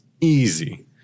Easy